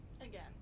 again